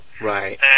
right